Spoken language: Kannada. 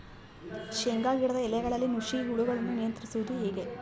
ಶೇಂಗಾ ಗಿಡದ ಎಲೆಗಳಲ್ಲಿ ನುಷಿ ಹುಳುಗಳನ್ನು ನಿಯಂತ್ರಿಸುವುದು ಹೇಗೆ?